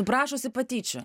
prašosi patyčių